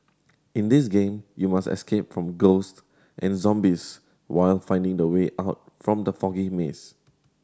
in this game you must escape from ghosts and zombies while finding the way out from the foggy maze